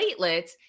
platelets